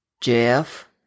Jeff